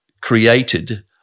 created